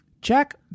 Jack